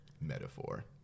metaphor